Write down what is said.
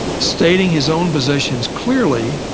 stating his own positions clearly